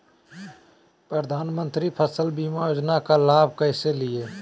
प्रधानमंत्री फसल बीमा योजना का लाभ कैसे लिये?